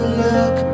look